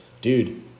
Dude